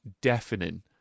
deafening